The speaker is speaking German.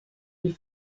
die